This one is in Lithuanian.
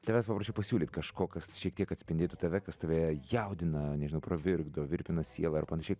tavęs paprašyt pasiūlyt kažko kas šiek tiek atspindėtų tave kas tave jaudina nežinau pravirkdo virpina sielą ir panašiai